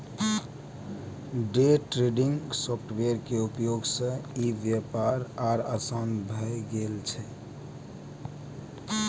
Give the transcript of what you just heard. day trading software के उपयोग सं ई व्यापार आर आसान भए गेल छै